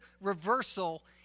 reversal